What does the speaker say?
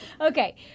Okay